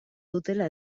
dutela